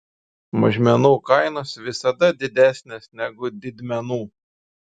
mažmenų kainos visada didesnės negu didmenų